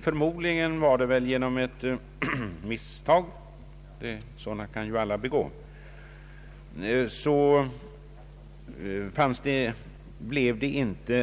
Förmodligen var det på grund av ett misstag — sådana kan ju alla begå — som det inte blev